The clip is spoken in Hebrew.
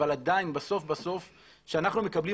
אבל עדיין בסוף בסוף כשאנחנו מקבלים